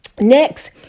Next